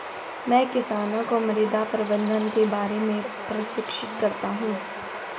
मैं किसानों को मृदा प्रबंधन के बारे में प्रशिक्षित करता हूँ